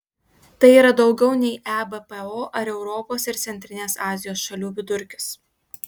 tai yra daugiau nei ebpo ar europos ir centrinės azijos šalių vidurkis